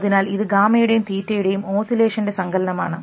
അതിനാൽ ഇത് ഗാമയുടെയും തീറ്റയുടെയും ഓസിലേഷൻറെ സങ്കലനമാണ്